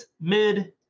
mid